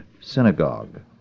Synagogue